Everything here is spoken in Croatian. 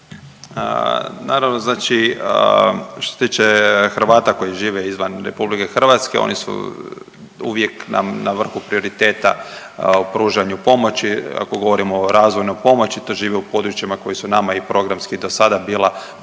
Naravno, znači što se tiče Hrvata koji žive izvan RH oni su uvijek nam na vrhu prioriteta u pružanju pomoći, ako govorimo o razvojnoj pomoći to žive u područjima koja su nama i programski dosada bila područja